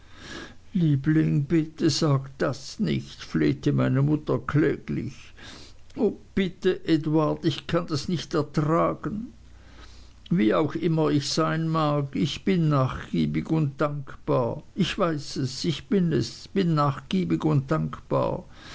liebling bitte sag das nicht flehte meine mutter kläglich o bitte edward ich kann das nicht ertragen wie ich auch immer sein mag ich bin nachgiebig und dankbar ich weiß ich bin es bin nachgiebig und dankbar